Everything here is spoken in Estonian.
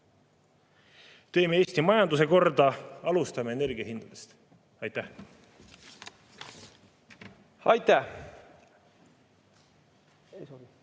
Teeme Eesti majanduse korda, alustame energiahindadest! Aitäh! Aitäh!